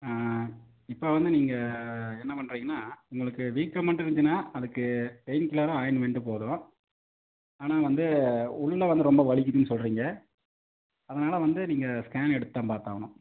இப்போ வந்து நீங்கள் என்ன பண்ணுறீங்கன்னா உங்களுக்கு வீக்கம் மட்டும் இருந்துச்சுன்னா அதுக்கு பெயின்கில்லரும் ஆயின்மெண்ட்டும் போதும் ஆனால் வந்து உள்ளே வந்து ரொம்ப வலிக்குதுன்னு சொல்கிறீங்க அதனால் வந்து நீங்கள் ஸ்கேன் எடுத்துதான் பாத்தாகணும்